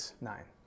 Nine